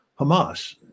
Hamas